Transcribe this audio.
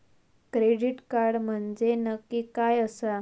Credit card म्हंजे नक्की काय आसा?